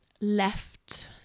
left